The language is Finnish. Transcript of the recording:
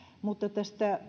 mutta tästä